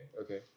okay